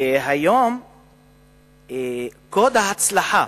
והיום קוד ההצלחה